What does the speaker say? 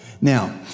Now